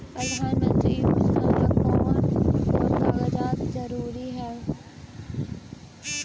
प्रधानमंत्री योजना ला कोन कोन कागजात जरूरी है?